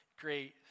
great